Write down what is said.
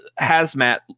hazmat